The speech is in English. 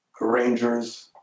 arrangers